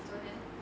昨天